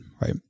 right